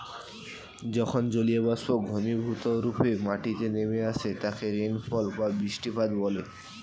যখন জলীয়বাষ্প ঘনীভূতরূপে মাটিতে নেমে আসে তাকে রেনফল বা বৃষ্টিপাত বলে